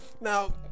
Now